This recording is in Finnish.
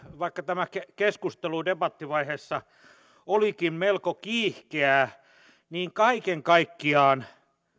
vaikka tämä keskustelu debattivaiheessa olikin melko kiihkeää kaiken kaikkiaan